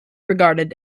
regarded